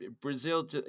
Brazil